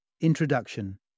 Introduction